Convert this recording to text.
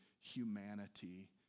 humanity